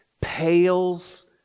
pales